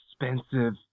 expensive